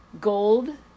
gold